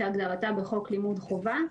כהגדרתה בחוק לימוד חובה,